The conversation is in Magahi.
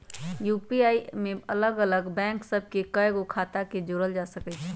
यू.पी.आई में अलग अलग बैंक सभ के कएगो खता के जोड़ल जा सकइ छै